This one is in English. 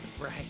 Right